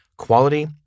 Quality